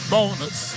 Bonus